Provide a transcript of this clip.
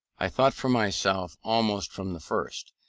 i thought for myself almost from the first,